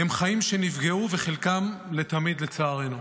הם חיים שנפגעו וחלקם לתמיד, לצערנו.